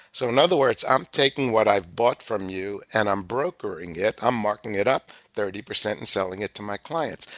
so in other words, i'm taking what i've bought from you and i'm brokering it. i'm marking it up thirty percent and selling it to my client.